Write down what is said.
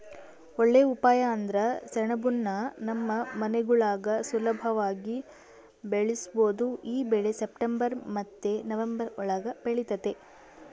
ಒಳ್ಳೇ ಉಪಾಯ ಅಂದ್ರ ಸೆಣಬುನ್ನ ನಮ್ ಮನೆಗುಳಾಗ ಸುಲುಭವಾಗಿ ಬೆಳುಸ್ಬೋದು ಈ ಬೆಳೆ ಸೆಪ್ಟೆಂಬರ್ ಮತ್ತೆ ನವಂಬರ್ ಒಳುಗ ಬೆಳಿತತೆ